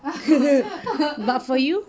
but for you